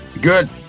Good